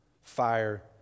Fire